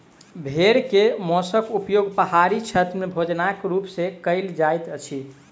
भेड़ के मौंसक उपयोग पहाड़ी क्षेत्र में भोजनक रूप में कयल जाइत अछि